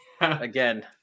again